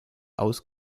aus